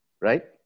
right